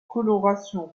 colorations